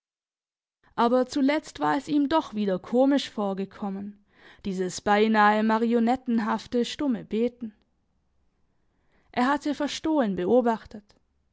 aber zuletzt war es ihm doch wieder komisch vorgekommen dieses beinahe marionettenhafte stumme beten er hatte verstohlen beobachtet